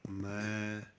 ਮੈਂ